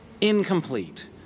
incomplete